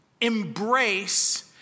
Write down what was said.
embrace